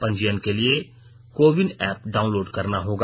पंजीयन के लिए कोविन एप डाउनलोड करना होगा